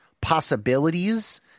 possibilities